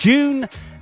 June